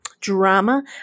drama